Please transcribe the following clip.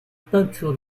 peintures